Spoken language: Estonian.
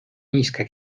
niiske